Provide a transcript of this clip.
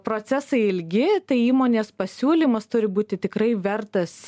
procesai ilgi tai įmonės pasiūlymas turi būti tikrai vertas